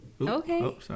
okay